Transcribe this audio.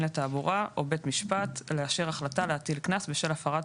לתעבורה או בית משפט לאשר החלטה להטיל קנס בשל הפרת